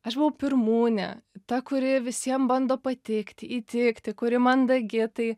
aš buvau pirmūnė ta kuri visiem bando patikti įtikti kuri mandagi tai